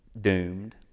doomed